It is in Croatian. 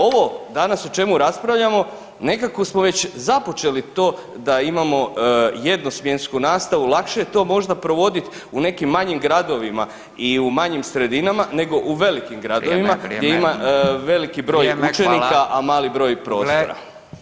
Ovo danas o čemu raspravljamo nekako smo već započeli to da imamo jednosmjensku nastavu, lakše je to možda provodit u nekim manjim gradovima i u manjim sredinama nego u velikim gradovima [[Upadica: Vrijeme, vrijeme.]] gdje ima veliki broj u učenika [[Upadica: Vrijeme, hvala.]] a mali broj prostora.